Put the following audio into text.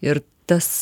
ir tas